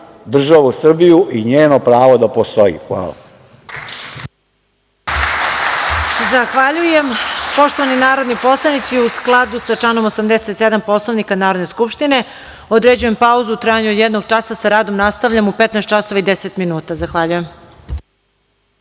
državu Srbiju i njeno pravo da postoji. Hvala.